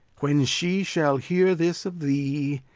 when she shall hear this of thee,